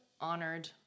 honored